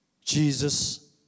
Jesus